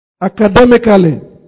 academically